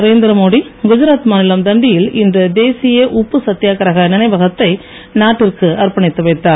நரேந்திரமோடி குஜராத் மாநிலம் தண்டியில் இன்று தேசிய உப்பு சத்தியாகிரக நினைவகத்தை நாட்டிற்கு அர்ப்பணித்து வைத்தார்